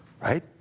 Right